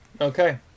okay